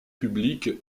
publiques